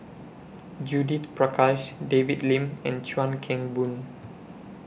Judith Prakash David Lim and Chuan Keng Boon